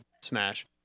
Smash